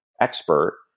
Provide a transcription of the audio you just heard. expert